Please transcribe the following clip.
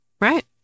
Right